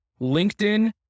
LinkedIn